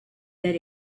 that